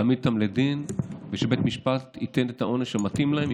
להעמיד אותם לדין ושבית משפט ייתן את העונש המתאים להם.